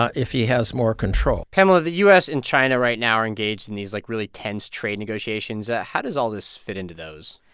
ah if he has more control pamela, the u s. and china right now are engaged in these, like, really tense trade negotiations. how does all this fit into those?